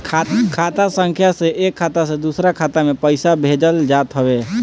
खाता संख्या से एक खाता से दूसरा खाता में पईसा भेजल जात हवे